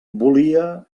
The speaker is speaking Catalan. volia